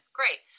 great